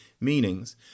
meanings